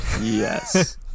yes